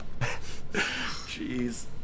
Jeez